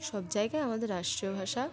সব জায়গায় আমাদের রাষ্ট্রীয় ভাষা